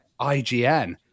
IGN